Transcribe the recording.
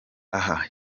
aha